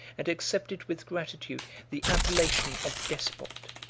and accepted with gratitude the appellation of despot.